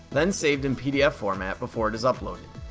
then saved in pdf format, before it is uploaded.